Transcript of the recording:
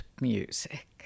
music